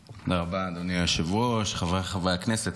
רבה, אדוני היושב-ראש, חבריי חברי הכנסת.